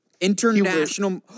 International